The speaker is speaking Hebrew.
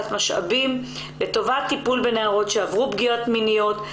משאבים לטובת טיפול בנערות שעברו פגיעות מיניות,